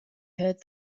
heard